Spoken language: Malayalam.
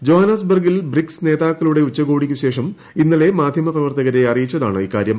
ജൊഹന്നാസ്ബെർഗിൽ ബ്രിക്സ് നേതാക്കളുടെ ഉച്ചകോടിക്ക് ശേഷം ഇന്നലെ മാധ്യമ പ്രവർത്തകരെ അറിയിച്ചതാണ് ഇക്കാര്യം